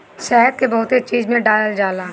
शहद के बहुते चीज में डालल जाला